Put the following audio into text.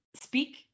speak